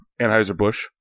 Anheuser-Busch